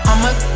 I'ma